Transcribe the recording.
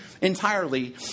entirely